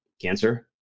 cancer